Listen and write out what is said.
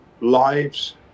lives